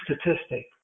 statistic